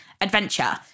adventure